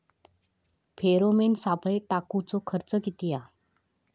Pheromone सापळे टाकूचो खर्च किती हा?